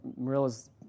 Marilla's